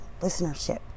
listenership